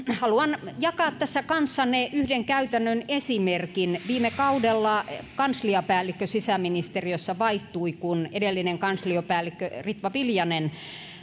haluan jakaa tässä kanssanne yhden käytännön esimerkin viime kaudella kansliapäällikkö sisäministeriössä vaihtui kun edellinen kansliapäällikkö ritva viljanen